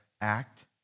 act